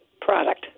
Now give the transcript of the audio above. product